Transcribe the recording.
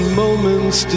moments